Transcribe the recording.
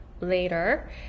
later